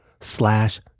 slash